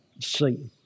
see